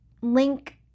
link